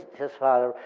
his father,